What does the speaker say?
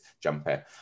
jumper